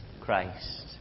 Christ